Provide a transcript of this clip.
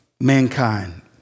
mankind